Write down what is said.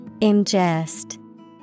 Ingest